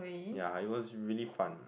ya it was really fun